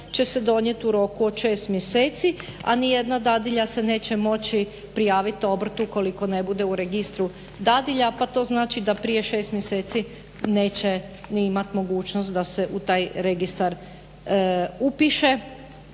će se donijet u roku od 6 mjeseci, a ni jedna dadilja se neće moći prijaviti obrt ukoliko ne bude u registru dadilja, pa to znači da prije 6 mjeseci neće ni imat mogućnost da se u taj registar upiše